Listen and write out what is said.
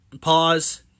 pause